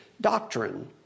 doctrine